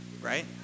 right